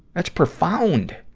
that's profound!